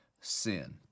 sin